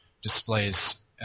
displays